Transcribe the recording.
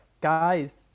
guys